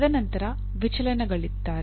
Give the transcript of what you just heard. ತದನಂತರ ವಿಚಲನಗಳಿದ್ದರೆ